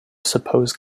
suppose